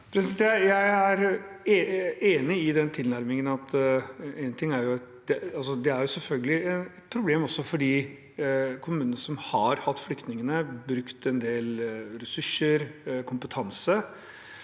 Jeg er enig i den til- nærmingen. Det er selvfølgelig også et problem for de kommunene som har hatt flyktningene og har brukt en del ressurser og kompetanse,